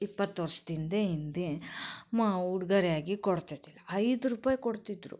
ಇಪ್ಪತ್ತು ವರ್ಷದಿಂದೆ ಹಿಂದೆ ಮ ಉಡುಗೊರೆಯಾಗಿ ಕೊಡ್ತಿದ್ದಿಲ್ಲ ಐದು ರೂಪಾಯಿ ಕೊಡ್ತಿದ್ದರು